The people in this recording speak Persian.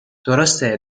درسته